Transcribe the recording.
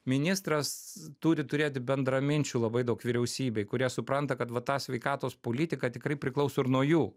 ministras turi turėti bendraminčių labai daug vyriausybėj kurie supranta kad va tą sveikatos politiką tikrai priklauso ir nuo jų